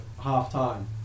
half-time